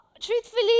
Truthfully